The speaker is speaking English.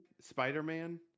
Spider-Man